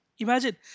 Imagine